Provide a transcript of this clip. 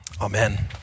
Amen